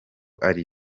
ari